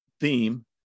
theme